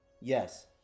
Yes